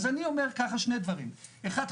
אז אני אומר ככה שני דברים: אחד,